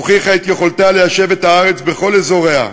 הוכיחה את יכולתה ליישב את הארץ בכל אזוריה,